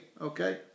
Okay